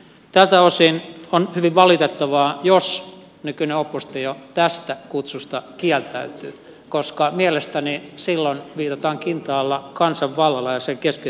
tältä osin on hyvin valitettavaa jos nykyinen oppositio tästä kutsusta kieltäytyy koska mielestäni silloin viitataan kintaalla kansanvallalle ja sen keskeisille periaatteille